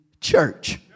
church